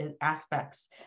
aspects